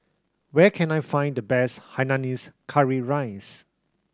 where can I find the best hainanese curry rice